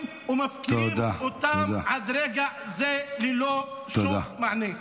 ומפקירים אותם עד לרגע זה ללא שום מענה?